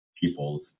people's